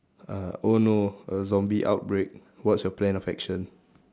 uh oh no a zombie outbreak what's your plan of action